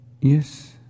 Yes